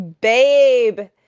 babe